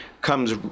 comes